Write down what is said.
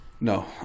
No